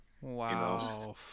wow